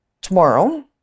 tomorrow